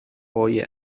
boje